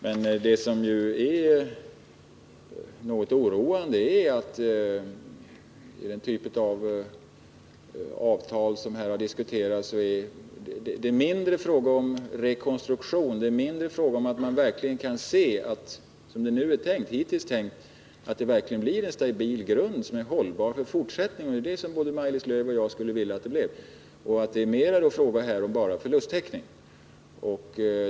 Vad som är något oroande är att det vid den typ av avtal som här har diskuterats mindre är fråga om rekonstruktion, om att se till att grunden blir stabil och hållbar även i fortsättningen — det är ju det som både Maj-Lis Lööw och jag skulle önska att det blev — utan mera är fråga om ren förlusttäckning.